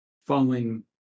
following